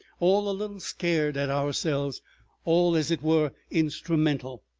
all a little scared at ourselves all, as it were, instrumental.